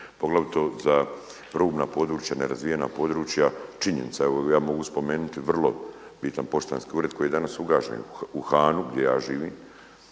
poglavito za rubna područja, nerazvijena područja. Činjenica je evo ja mogu spomenuti vrlo bitan poštanski ured koji je danas ugašen u Hanu gdje ja živim,